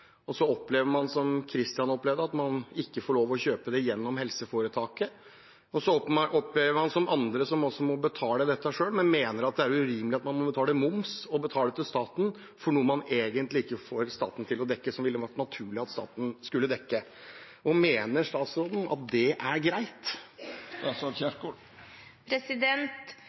som Kristian opplevde, at man ikke få lov til å kjøpe dem gjennom helseforetaket. Og så opplever man at man som andre må betale dette selv, men mener at det er urimelig at man må betale moms og betale til staten for noe man egentlig ikke får staten til å dekke, og som det ville vært naturlig at staten skulle dekke. Mener statsråden at det er greit?